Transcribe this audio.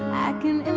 i can